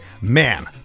man